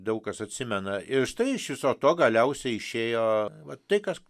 daug kas atsimena ir štai iš viso to galiausiai išėjo va tai kas